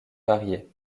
variées